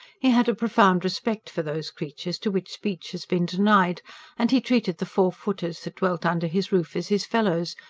he had a profound respect for those creatures to which speech has been denied and he treated the four-footers that dwelt under his roof as his fellows,